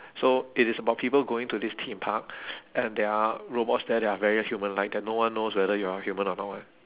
so it is about people going to this theme park and there are robots there that are very human like that no one knows whether you're human or not